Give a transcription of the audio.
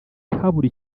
habura